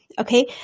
Okay